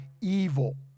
evil